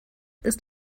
ist